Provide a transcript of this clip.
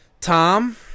Tom